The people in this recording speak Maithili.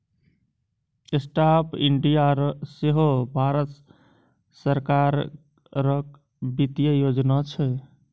स्टार्टअप इंडिया सेहो भारत सरकारक बित्तीय योजना छै